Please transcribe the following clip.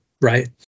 right